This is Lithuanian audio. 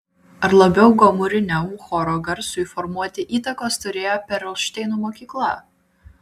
ar labiau gomuriniam choro garsui formuoti įtakos turėjo perelšteino mokykla